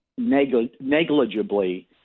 negligibly